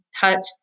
touched